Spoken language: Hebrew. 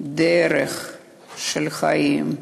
"דרך החיים"